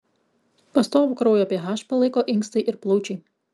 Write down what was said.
pastovų kraujo ph palaiko inkstai ir plaučiai